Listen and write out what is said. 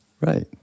Right